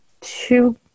two